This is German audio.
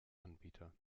anbieter